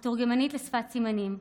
מתורגמנית לשפת הסימנים,